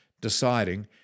deciding